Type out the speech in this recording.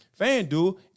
Fanduel